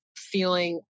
feeling